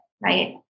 right